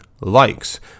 likes